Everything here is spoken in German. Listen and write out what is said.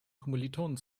kommilitonen